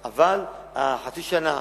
אבל חצי השנה,